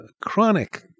chronic